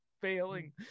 failing